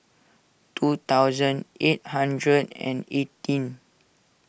two thousand eight hundred and eighteen